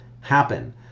happen